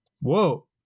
Whoa